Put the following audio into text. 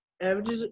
average